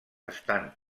estan